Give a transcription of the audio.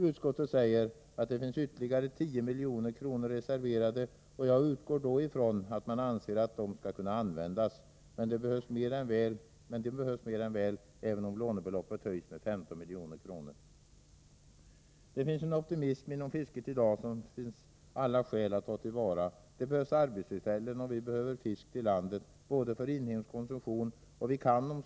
Utskottet säger att det finns ytterligare 10 milj.kr. reserverade, och jag utgår då ifrån att man anser att de skall kunna användas. Men de behövs mer än väl även om lånebehovet höjs med 15 miljoner. Det finns en optimism inom fisket i dag som vi har alla skäl att tillvarata. Det behövs arbetstillfällen, och fisk behövs både för inhemsk konsumtion och för export.